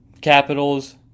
Capitals